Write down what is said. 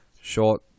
short